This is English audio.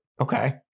Okay